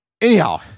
Anyhow